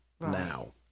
now